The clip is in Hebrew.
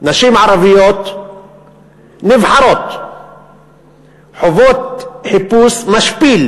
נשים ערביות נבחרות חוות חיפוש משפיל,